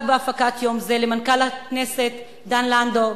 בהפקת יום זה: למנכ"ל הכנסת דן לנדאו,